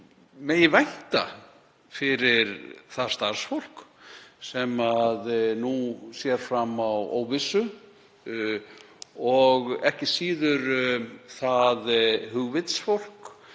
megi vænta fyrir það starfsfólk sem nú sér fram á óvissu og ekki síður það hugvitsfólk